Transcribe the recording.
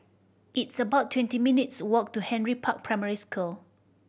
it's about twenty minutes' walk to Henry Park Primary School